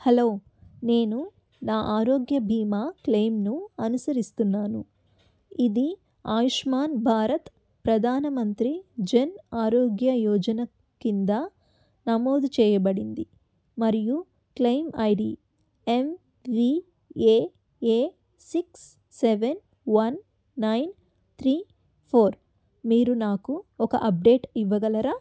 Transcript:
hello నేను నా ఆరోగ్య భీమా క్లెయిమ్ను అనుసరిస్తున్నాను ఇది ఆయుష్మాన్ భారత్ ప్రధాన మంత్రి జన్ ఆరోగ్య యోజన కింద నమోదు చేయబడింది మరియు claim ID MVAA six seven one nine three four మీరు నాకు ఒక అప్డేట్ ఇవ్వగలరా